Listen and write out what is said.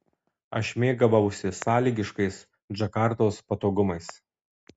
aš mėgavausi sąlygiškais džakartos patogumais